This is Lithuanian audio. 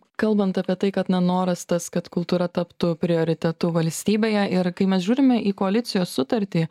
kalbant apie tai kad na noras tas kad kultūra taptų prioritetu valstybėje ir kai mes žiūrime į koalicijos sutartį